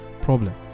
problem